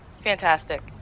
Fantastic